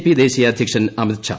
P ദേശീയ അധ്യക്ഷൻ അമിത്ഷാ